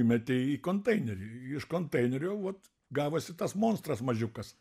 įmetė į konteinerį iš konteinerio vat gavosi tas monstras mažiukas